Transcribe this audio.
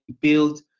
build